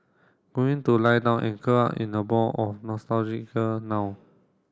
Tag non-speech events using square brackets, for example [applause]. going to lie down and curl up in a ball of [unintelligible] now